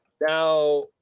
Now